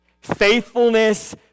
faithfulness